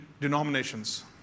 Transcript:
denominations